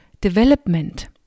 development